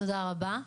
תודה רבה.